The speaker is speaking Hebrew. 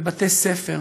בבתי ספר,